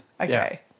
Okay